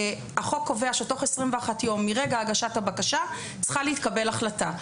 החוק קובע שבתוך 21 יום מרגע הגשת הבקשה צריכה להתקבל החלטה.